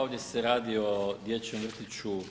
Ovdje se radi o dječjem vrtiću.